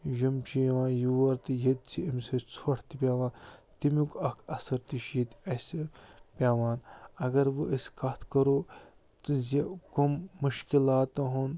یِم چھِ یِوان یور تہٕ ییٚتہِ چھِ اَمہِ سۭتۍ ژھۅٹھ تہِ پٮ۪وان تیٚمیُک اکھ اثر تہِ چھُ ییٚتہِ اَسہِ پٮ۪وان اگر وۅنۍ أسۍ کَتھ کَرو تہٕ زِ کٕم مُشکِلاتن ہُنٛد